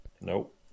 Nope